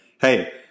hey